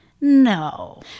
No